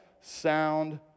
sound